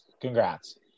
Congrats